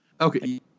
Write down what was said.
Okay